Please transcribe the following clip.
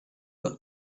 but